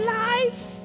life